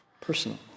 Personal